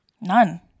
None